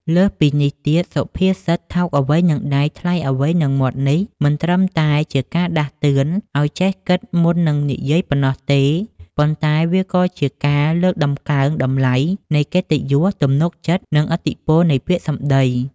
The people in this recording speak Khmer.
លើសពីនេះទៀត សុភាសិត "ថោកអ្វីនឹងដៃ ថ្លៃអ្វីនឹងមាត់"នេះមិនត្រឹមតែជាការដាស់តឿនឱ្យចេះគិតមុននិយាយប៉ុណ្ណោះទេ ប៉ុន្តែវាក៏ជាការលើកតម្កើងតម្លៃនៃកិត្តិយស ទំនុកចិត្ត និងឥទ្ធិពលនៃពាក្យសម្ដី។